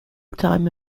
time